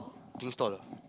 drinks stall